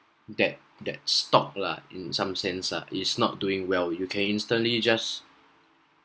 that that stock lah in some sense ah is not doing well you can instantly just